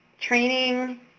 Training